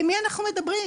למי אנחנו מדברים?